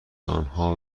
آنها